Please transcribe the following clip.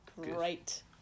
Great